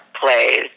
plays